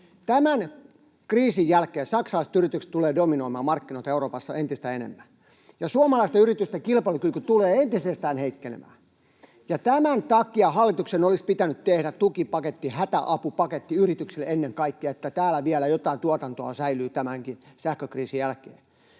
Tämän kriisin jälkeen saksalaiset yritykset tulevat dominoimaan markkinoita Euroopassa entistä enemmän ja suomalaisten yritysten kilpailukyky tulee entisestään heikkenemään, ja tämän takia hallituksen olisi pitänyt tehdä tukipaketti, hätäapupaketti yrityksille ennen kaikkea, että täällä vielä jotain tuotantoa säilyy tämänkin sähkökriisin jälkeen.